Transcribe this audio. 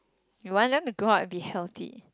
you want them to grow up and be healthy